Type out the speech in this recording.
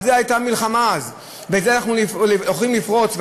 על זה הייתה מלחמה אז, ואת זה אנחנו הולכים לפרוץ.